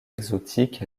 exotique